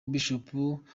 bishop